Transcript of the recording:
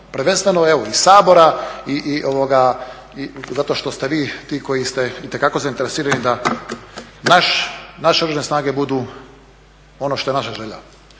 prvenstveno evo i Sabora i, zato što ste vi ti koji ste itekako zainteresirani da naše Oružane snage budu, ono što je naša želja,